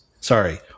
sorry